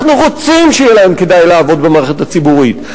אנחנו רוצים שיהיה להם כדאי לעבוד במערכת הציבורית,